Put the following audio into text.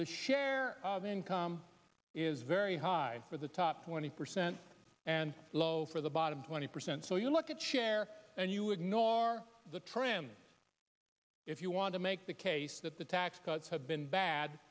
the share of income is very high for the top twenty percent and low for the bottom twenty percent so you look at share and you ignore the trend if you want to make the case that the tax cuts have been bad